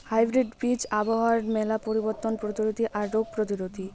hybrid বীজ আবহাওয়ার মেলা পরিবর্তন প্রতিরোধী আর রোগ প্রতিরোধী